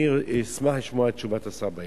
אני אשמח לשמוע את תשובת השר בעניין.